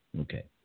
Okay